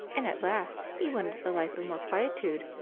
and at last he wanted a life of more quietude,